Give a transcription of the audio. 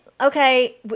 okay